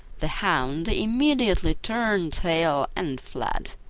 the hound immediately turned tail and fled.